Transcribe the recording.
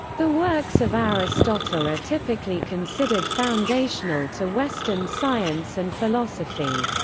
the works of aristotle are typically considered foundational to western science and philosophy.